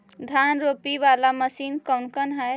धान रोपी बाला मशिन कौन कौन है?